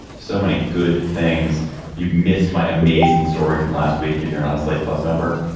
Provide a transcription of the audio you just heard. so many good things you've missed. my amazing story from last week. if you're not a slate plus member.